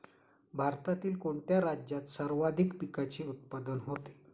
भारतातील कोणत्या राज्यात सर्वाधिक पिकाचे उत्पादन होते?